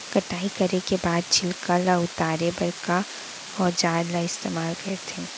कटाई करे के बाद छिलका ल उतारे बर का औजार ल इस्तेमाल करथे?